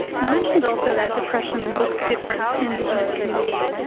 you mentioned also that depression looks different in indigenous communities.